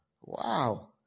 Wow